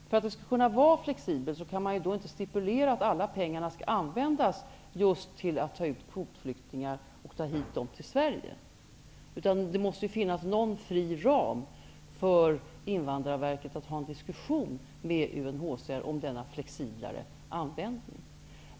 För att det skall kunna vara flexibelt kan man inte stipulera att alla peng arna skall användas till att ta hit kvotflyktingar till Sverige. Det måste ju finnas en fri ram för In vandrarverket att föra en diskussion med UNHCR om denna flexiblare användning.